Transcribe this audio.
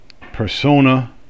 persona